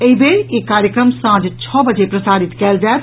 एहि बेर ई कार्यक्रम सांझ छओ बजे प्रसारित कयल जायत